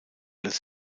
des